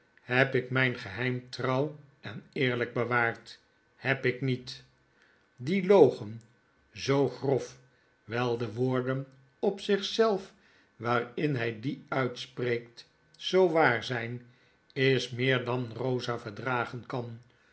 heb ik mijn geheim trouw en eerlijk bewaard heb ik niet die logen zoo grof wijl de woorden op zich zelf waarin hij dien uitspreekt zoo waar zijn is meer dan rosa verdragen kan